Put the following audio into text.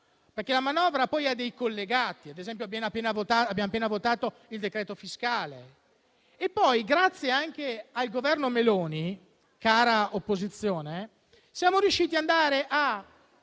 perché la manovra poi ha dei collegati. Ad esempio, abbiamo appena votato il decreto fiscale. Poi, grazie anche al Governo Meloni, cara opposizione, siamo riusciti ad andare a